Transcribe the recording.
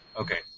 Okay